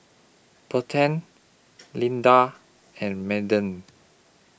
Payten Linda and Madden